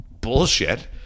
bullshit